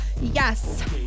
yes